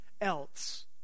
else